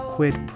Quid